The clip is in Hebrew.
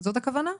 זאת הכוונה?